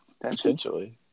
potentially